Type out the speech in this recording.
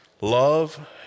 love